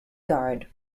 guard